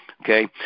Okay